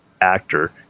actor